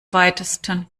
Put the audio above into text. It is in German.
weitesten